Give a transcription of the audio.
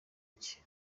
iki